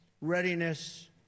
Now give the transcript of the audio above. readiness